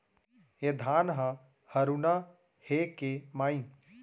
ए धान ह हरूना हे के माई?